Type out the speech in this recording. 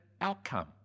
outcome